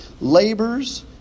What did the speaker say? labors